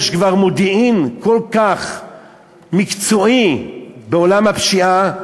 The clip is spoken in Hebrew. יש כבר מודיעין כל כך מקצועי בעולם הפשיעה,